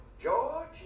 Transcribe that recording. George